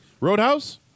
Roadhouse